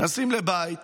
נכנסים לבית